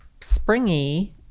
springy